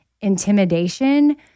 intimidation